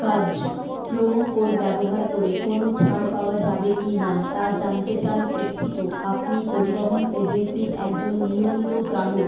কাজ promo code ব্যবহার করে কোনও ছাড় পাওয়া যাবে কিনা তা জানতে চান প্রেক্ষিত আপনি পরিবহন এজেন্সির একজন নিয়মিত গ্রাহক